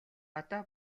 одоо